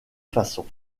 façons